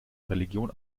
religion